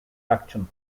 action